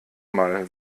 mal